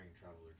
travelers